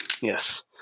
Yes